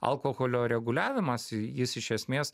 alkoholio reguliavimas jis iš esmės